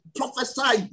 prophesy